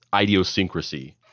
idiosyncrasy